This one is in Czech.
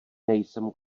nejsem